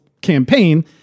campaign